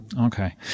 Okay